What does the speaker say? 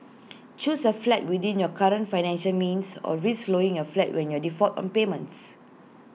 choose A flat within your current financial means or risk losing your flat when your default on payments